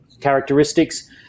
characteristics